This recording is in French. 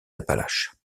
appalaches